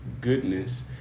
goodness